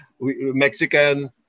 Mexican